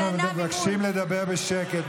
אנחנו מבקשים לדבר בשקט.